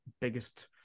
biggest